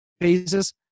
phases